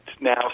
now